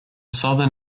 southern